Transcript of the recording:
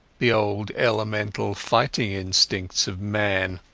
the old elemental fighting instincts of man.